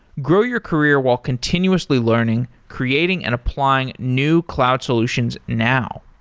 grow your career while continuously learning, creating and applying new cloud solutions now.